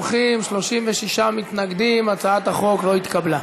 31 תומכים, 36 מתנגדים., הצעת החוק לא התקבלה.